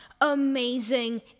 amazing